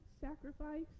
sacrifice